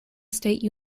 state